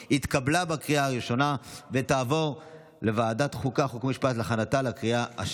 2023, לוועדת חוקה, חוק ומשפט נתקבלה.